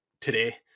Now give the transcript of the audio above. today